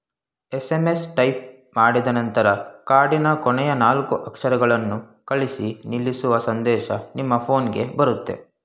SMS type ಮಾಡಿದನಂತರ ಕಾರ್ಡಿನ ಕೊನೆಯ ನಾಲ್ಕು ಅಕ್ಷರಗಳನ್ನು ಕಳಿಸಿ ನಿಲ್ಲಿಸುವ ಸಂದೇಶ ನಿಮ್ಮ ಫೋನ್ಗೆ ಬರುತ್ತೆ